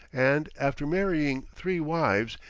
and, after marrying three wives,